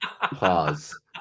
Pause